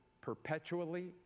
perpetually